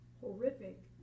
horrific